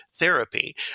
Therapy